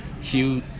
Hugh